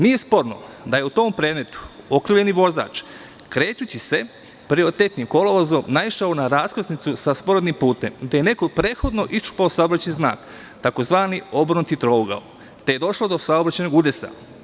Nije sporno da je u tom predmetu okrivljeni vozač krećući se prioritetnim kolovozom naišao na raskrsnicu sa sporednim putem, gde je neko prethodno iščupao saobraćajni znak tzv. obrnuti trougao i došlo je do saobraćajnog udesa.